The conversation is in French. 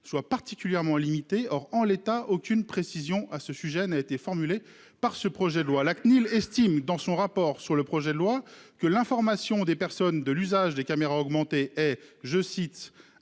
soit particulièrement limité. Or en l'état, aucune précision à ce sujet n'a été formulée par ce projet de loi. La CNIL estime dans son rapport sur le projet de loi que l'information des personnes de l'usage des caméras augmenter et je cite